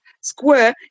square